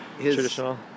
traditional